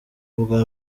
ubwa